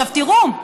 תראו,